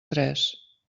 tres